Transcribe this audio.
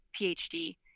PhD